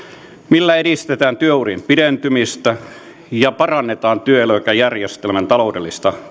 millä edistetään työurien pidentymistä ja parannetaan työeläkejärjestelmän taloudellista